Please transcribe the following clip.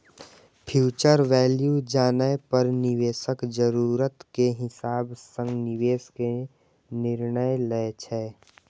future value जानै पर निवेशक जरूरत के हिसाब सं निवेश के निर्णय लै छै